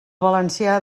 valencià